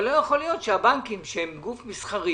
אבל לא יכול להיות שהבנקים שהם גוף מסחרי,